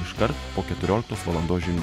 iškart po keturioliktos valandos žinių